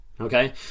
okay